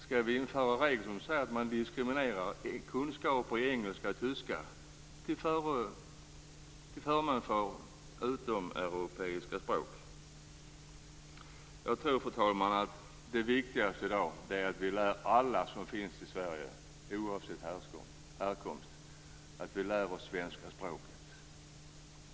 Skall vi införa regler som innebär att man diskriminerar kunskaper i engelska och tyska till förmån för kunskaper i utomeuropeiska språk? Jag tror, fru talman, att det viktigaste i dag är att alla som finns i Sverige, oavsett härkomst, lär sig svenska språket.